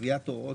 קביעת הוראות